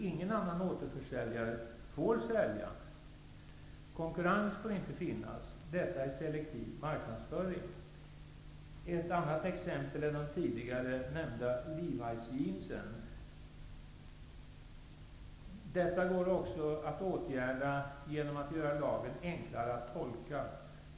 Ingen annan återförsäljare får sälja. Det får inte finnas någon konkurrens. Detta är selektiv marknadsföring. Ett annat exempel är de tidigare nämnda Levisjeansen. Detta går att åtgärda genom att lagen görs enklare att tolka.